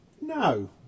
No